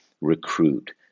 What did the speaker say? recruit